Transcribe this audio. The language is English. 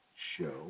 show